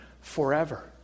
forever